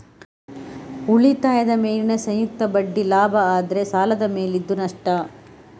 ಉಳಿತಾಯದ ಮೇಲಿನ ಸಂಯುಕ್ತ ಬಡ್ಡಿ ಲಾಭ ಆದ್ರೆ ಸಾಲದ ಮೇಲಿದ್ದು ನಷ್ಟ